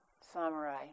samurai